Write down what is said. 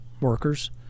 workers